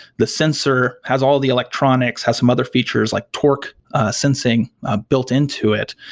the sensor? has all the electronics. has some other features, like torque sensing built into it.